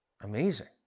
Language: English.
amazing